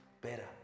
better